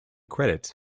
credits